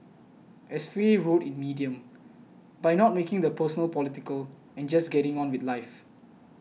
as Faye wrote in Medium by not making the personal political and just getting on with life